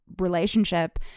relationship